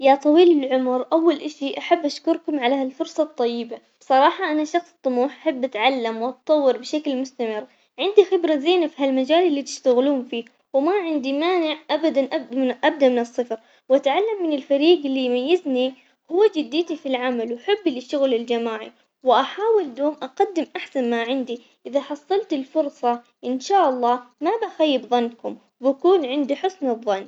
يا طويل العمر أول اشي أحب أشكركم على هالفرصة الطيبة بصراحة أنا شخص طموح أحب أتعلم وأتطور بشكل مستمر، عندي خبرة زينة بهالمجال اللي تشتغلون فيه وما عندي مانع أبداً أبدا من الصفر وأتعلم من الفريق، اللي يميزني هو جديتي في العمل وحبي للشغل الجماعي، وأحاول دوم أقدم أحسن ما عندي إذا حصلت الفرصة إن شاء الله ما بخيب ظنكم وبكون عند حسن الظن.